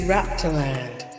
Raptorland